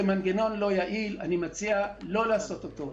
זה מנגנון לא יעיל ואני מציע לא לעשות אותו.